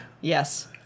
Yes